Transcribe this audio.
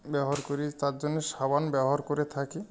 ব্যবহার করি তার জন্য সাবান ব্যবহার করে থাকি